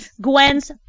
gwen's